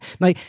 Now